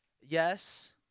Yes